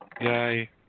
Yay